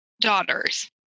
daughters